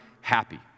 happy